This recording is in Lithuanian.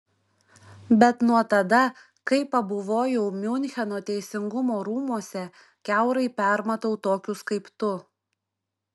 bet nuo tada kai pabuvojau miuncheno teisingumo rūmuose kiaurai permatau tokius kaip tu